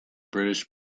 british